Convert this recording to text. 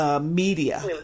media